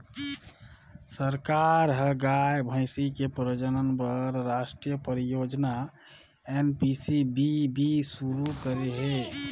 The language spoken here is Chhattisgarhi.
सरकार ह गाय, भइसी के प्रजनन बर रास्टीय परियोजना एन.पी.सी.बी.बी सुरू करे हे